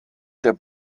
der